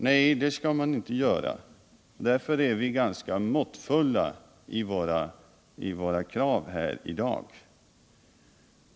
Därför är vi också ganska måttfulla i våra krav här i dag.